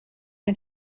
ein